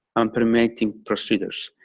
um implementing procedures,